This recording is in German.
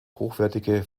hochwertige